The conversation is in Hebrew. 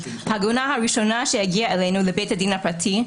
העגונה הראשונה שהגיעה אלינו לבית הדין הפרטי,